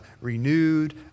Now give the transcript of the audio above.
renewed